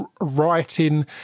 writing